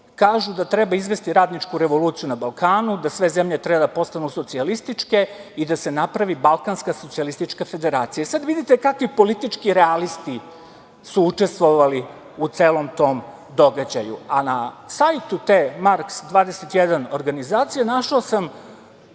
kažu da treba izvesti radničku revoluciji na Balkanu, da sve zemlje treba da postanu socijalističke i da se napravi balkanska socijalistička federacija. Sada, vidite kakvi politički realisti su učestvovali u celom tom događaju. Na sajtu te Marks21 organizacije našao sam